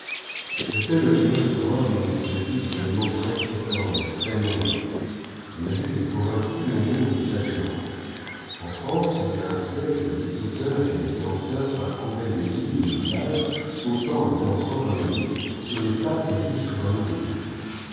les pèlerinages de rpme ont été jadis également trèifréquents et très nombreux on a vu des provinces inondées de flagellants en france il y a un siècle des sauteurs et des danseurs parcouraient les villes et les villages sautant et dansant dans les rues siir les places et jusque dans leé églises